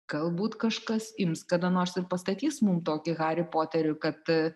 galbūt kažkas ims kada nors ir pastatys mum tokį harį poterį kad